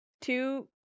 two